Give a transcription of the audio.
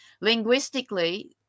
linguistically